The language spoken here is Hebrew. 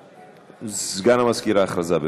סגן המזכירה, הודעה.